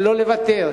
שלא לוותר,